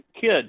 kid